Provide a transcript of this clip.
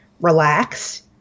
relax